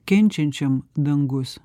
kenčiančiam dangus